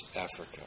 Africa